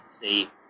see